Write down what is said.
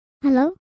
Hello